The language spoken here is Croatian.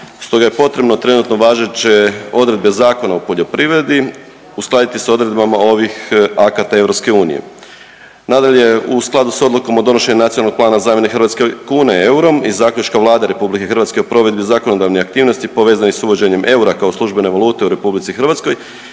Stoga je potrebno trenutno važeće odredbe Zakona o poljoprivredi uskladiti s odredbama ovih akata EU. Nadalje, u skladu s odlukom o donošenju Nacionalnog plana o zamjeni hrvatske kune eurom i zaključka Vlade RH o provedbi zakonodavnih aktivnosti povezani su uvođenjem eura kao službene valute u RH. Bilo je